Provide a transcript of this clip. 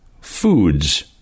foods